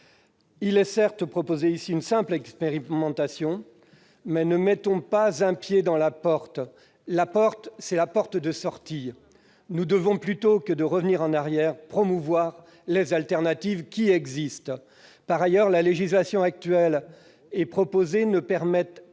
Il est certes proposé ici une simple expérimentation, mais ne mettons pas un pied dans la porte, qui est une porte de sortie. Nous devons, plutôt que revenir en arrière, promouvoir les alternatives qui existent. Par ailleurs, la législation actuelle et celle qui est proposée ne permettent